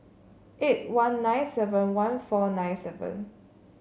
eight one nine seven one four nine seven